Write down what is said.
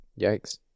Yikes